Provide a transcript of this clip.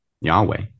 yahweh